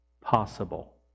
possible